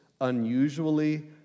unusually